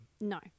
No